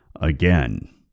again